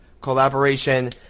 collaboration